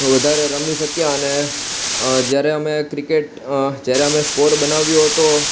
વધારે રમી શક્યા અને જ્યારે અમે ક્રિકેટ જ્યારે અમે સ્કોર બનાવ્યો હતો